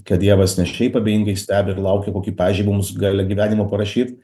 kad dievas ne šiaip abejingai stebi ir laukia kokį pažymį mums gale gyvenimo parašyt